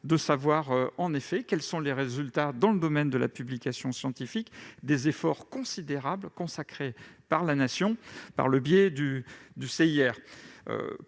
de connaître les résultats dans le domaine de la publication scientifique des efforts considérables consentis par la Nation par le biais de ce